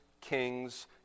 kings